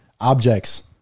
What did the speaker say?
objects